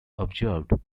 observed